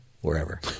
wherever